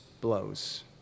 blows